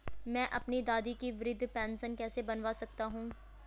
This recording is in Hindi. मैं अपनी दादी की वृद्ध पेंशन कैसे बनवा सकता हूँ?